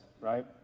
right